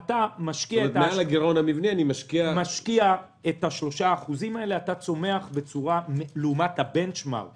אתה משקיע 3% האלה וצומח לעומת הבנץ'-מארק